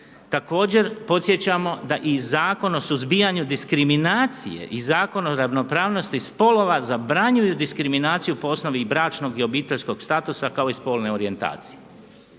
Također podsjećamo da iz Zakona o suzbijanju diskriminacije i Zakona o ravnopravnosti spolova zabranjuju diskriminaciju po osnovi i bračnog i obiteljskog statusa kao i spolne orijentacije.